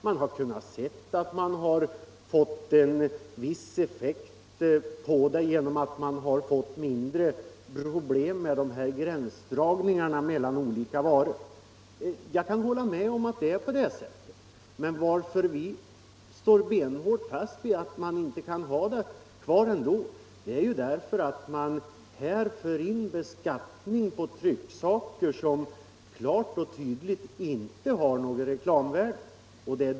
Det har sagts att detta beslut har givit en viss effekt på så sätt att det uppstått färre problem med gränsdragningar. Jag kan hålla med om att det är på det sättet, men vi står ändå benhårt fast vid att man inte skall ha kvar en bestämmelse som innebär beskattning av trycksaker som klart och tydligt saknar reklamvärde.